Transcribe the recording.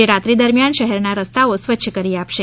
જે રાત્રિ દરમિયાન શહેરના રસ્તાઓ સ્વચ્છ કરી આપશે